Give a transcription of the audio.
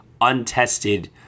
untested